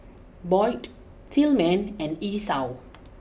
Boyd Tillman and Esau